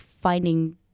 finding